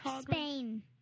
Spain